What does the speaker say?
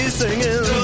singing